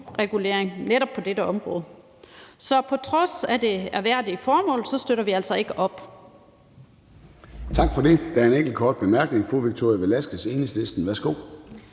EU-regulering netop på dette område. Så på trods af det ærværdige formål støtter vi altså ikke op